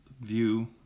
view